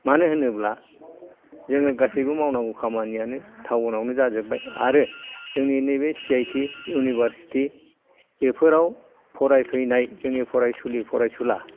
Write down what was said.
मानो होनोब्ला जोङो गासैबो मावनांगौ खामानियानो थाउनावनो जाजोबबाय आरो जोंनि नैबो सिआईटि इउनिभारसिटि बेफोराव फरायफैनाय जोंनि फरायसुलि फरायसुला